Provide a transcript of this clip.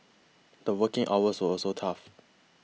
the working hours were also tough